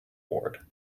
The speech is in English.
ward